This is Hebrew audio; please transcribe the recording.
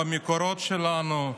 במקורות שלנו,